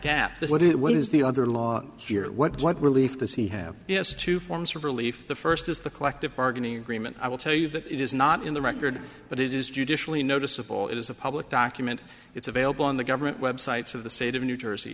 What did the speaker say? gap what is it what is the other law here what relief does he have yes two forms of relief the for first is the collective bargaining agreement i will tell you that it is not in the record but it is judicially noticeable it is a public document it's available on the government websites of the state of new jersey